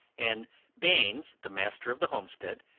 and baynes, the master, of the homestead,